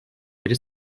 beri